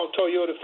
Toyota